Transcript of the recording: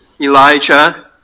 Elijah